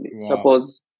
suppose